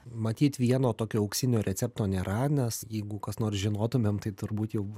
matyt vieno tokio auksinio recepto nėra nes jeigu kas nors žinotumėm tai turbūt jau